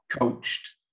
coached